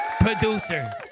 producer